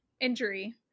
injury